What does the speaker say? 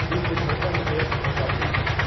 دل کی دھڑکن تیز ہو جاتی ہے